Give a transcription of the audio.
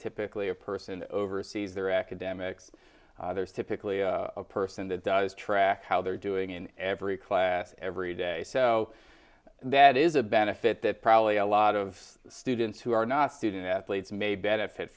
typically a person oversees their academics there's typically a person that does track how they're doing in every class every day so that is a benefit that probably a lot of students who are not student athletes may benefit